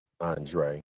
Andre